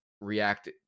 React